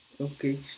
Okay